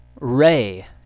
Ray